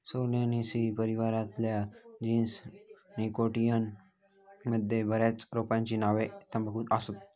Solanaceae परिवारातल्या genus Nicotiana मध्ये बऱ्याच रोपांची नावा तंबाखू असा